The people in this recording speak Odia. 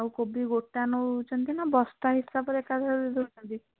ଆଉ କୋବି ଗୋଟା ନେଉଛନ୍ତି ନା ବସ୍ତା ହିସାବରେ ଏକାଥରେ